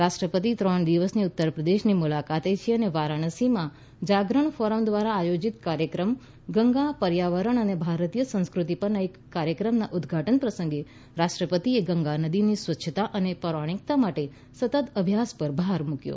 રાષ્ટ્રપતિ ત્રણ દિવસની ઉત્તરપ્રદેશની મુલાકાતે છે અને વારાણસીમાં જાગરણ ફોરમ દ્વારા આયોજિત કાર્યક્રમ ગંગા પર્યાવરણ અને ભારતી યસંસ્કૃતિ પરના એક કાર્યક્રમના ઉદ્વાટન પ્રસંગે રાષ્ટ્રપતિએ ગંગા નદીની સ્વચ્છતા અને પૌરાણિકતા માટે સતત અભ્યાસ પર ભાર મૂક્યો